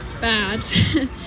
bad